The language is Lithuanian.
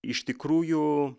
iš tikrųjų